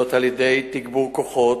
על-ידי תגבור כוחות,